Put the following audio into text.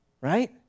right